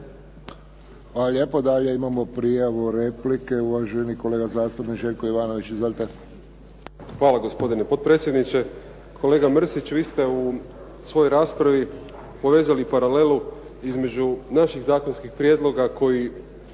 lijepo. Dalje imamo prijavu repliku uvaženi kolega zastupnik Željko Jovanović. Izvolite. **Jovanović, Željko (SDP)** Hvala gospodine potpredsjedniče. Kolega Mrsić vi ste u svojoj raspravi povezali paralelu između naših zakonskih prijedloga koji